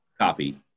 copy